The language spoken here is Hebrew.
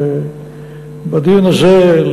בדיון הזה,